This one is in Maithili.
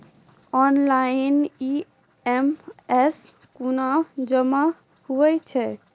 ऑनलाइन ई.एम.आई कूना जमा हेतु छै?